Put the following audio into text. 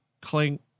clink